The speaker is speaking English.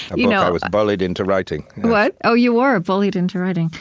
you know i was bullied into writing what? oh, you were? ah bullied into writing?